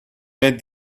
led